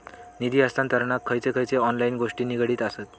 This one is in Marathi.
निधी हस्तांतरणाक खयचे खयचे ऑनलाइन गोष्टी निगडीत आसत?